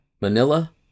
Manila